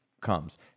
comes